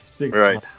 right